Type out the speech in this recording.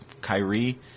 Kyrie